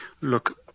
Look